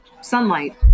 sunlight